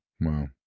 Wow